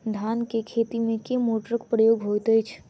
धान केँ खेती मे केँ मोटरक प्रयोग होइत अछि?